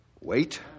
Wait